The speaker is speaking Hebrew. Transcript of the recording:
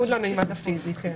בניגוד לממד הפיזי.